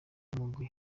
umugwi